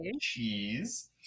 Cheese